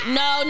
no